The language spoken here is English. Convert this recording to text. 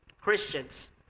Christians